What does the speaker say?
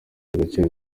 agaciro